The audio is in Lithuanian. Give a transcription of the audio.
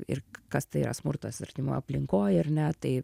ir kas tai yra smurtas artimoj aplinkoj ar ne tai